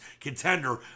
contender